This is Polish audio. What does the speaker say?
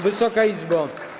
Wysoka Izbo!